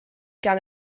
gan